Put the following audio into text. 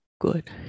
Good